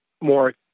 more